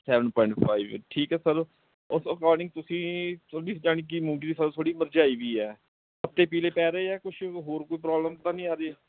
seven point five ਠੀਕ ਹੈ sir ਉਸ ਅਕੋਰਡਿੰਗ ਤੁਸੀਂ ਤੁਹਾਡੀ ਜਾਣੀ ਕਿ ਮੂੰਗੀ ਦੀ ਫ਼ਸਲ ਥੋੜ੍ਹੀ ਮੁਰਝਾਈ ਵੀ ਹੈ ਪੱਤੇ ਪੀਲੇ ਪੈ ਰਹੇ ਆ ਕੁਛ ਹੋਰ ਕੋਈ ਪ੍ਰੋਬਲਮ ਤਾਂ ਨਹੀਂ ਆ ਰਹੀ